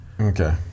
Okay